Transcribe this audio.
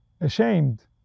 ashamed